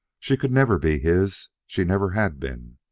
she could never be his she never had been.